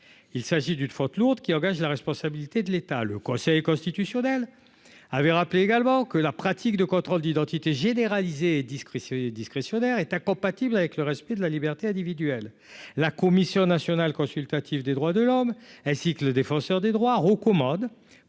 il s'agit d'une faute lourde qui engage la responsabilité de l'État, le Conseil constitutionnel avait rappelé également que la pratique de contrôles d'identité généralisés et discrétionnaires discrétionnaire est incompatible avec le respect de la liberté individuelle, la Commission nationale consultative des droits de l'homme, ainsi que le défenseur des droits recommande